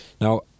Now